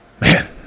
man